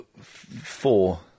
Four